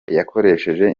yakoresheje